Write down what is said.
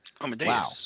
Wow